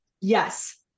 Yes